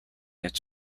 its